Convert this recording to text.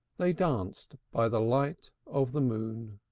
they danced by the light of the moon.